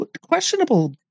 Questionable